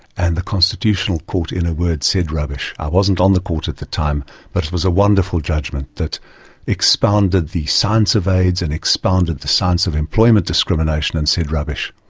and the constitutional court in a word said, rubbish. i wasn't on the court at the time but it was a wonderful judgement that expounded the science of aids and expounded the science of employment discrimination and said, rubbish.